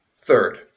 Third